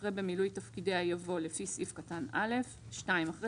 אחרי "במילוי תפקידיה" יבוא "לפי סעיף קטן (א)"; (2) אחרי